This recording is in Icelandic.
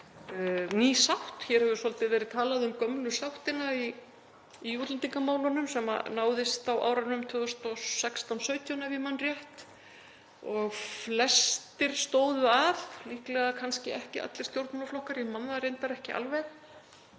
ný sátt. Hér hefur svolítið verið talað um gömlu sáttina í útlendingamálum sem náðist á árunum 2016–2017, ef ég man rétt, og flestir stóðu að, líklega kannski ekki allir stjórnmálaflokkar. Ég man það reyndar ekki alveg.